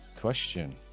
question